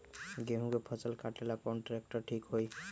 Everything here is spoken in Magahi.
गेहूं के फसल कटेला कौन ट्रैक्टर ठीक होई?